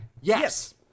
Yes